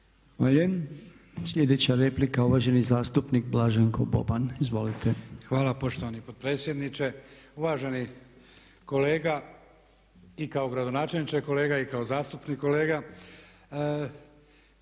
Sljedeća replika, uvaženi zastupnik Blaženko Boban. Izvolite. **Boban, Blaženko (HDZ)** Hvala poštovani potpredsjedniče. Uvaženi kolega i kao gradonačelniče kolega i kao zastupnik kolega